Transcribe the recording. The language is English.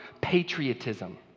patriotism